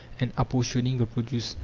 and apportioning the produce.